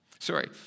Sorry